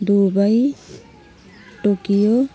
Dubai Tokyo